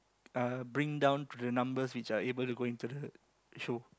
uh bring down to the numbers which are able to go into the show